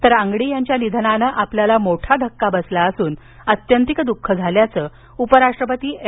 तर अंगडी यांच्या निधनानं आपल्याला मोठा धक्का बसला असून आत्यंतिक दुःख झाल्याचं उपराष्ट्रपती एम